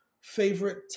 favorite